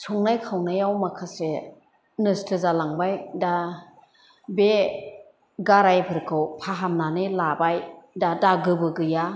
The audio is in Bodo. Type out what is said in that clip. संनाय खावनायाव माखासे नोस्थो जालांबाय दा बे गारायफोरखौ फाहामनानै लाबाय दा दागोबो गैया